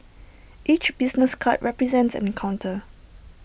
each business card represents an encounter